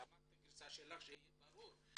אמרת את הגירסה שלך שיהיה ברור,